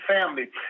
family